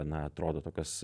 na atrodo tokios